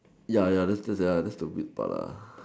ya ya that still there that's the weak part